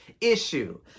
issue